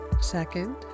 second